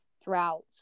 throughout